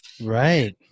Right